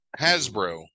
Hasbro